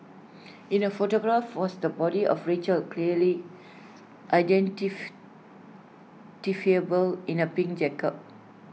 in the photograph was the body of Rachel clearly in A pink jacket